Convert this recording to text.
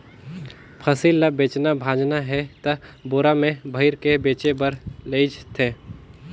फसिल ल बेचना भाजना हे त बोरा में भइर के बेचें बर लेइज थें